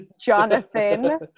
Jonathan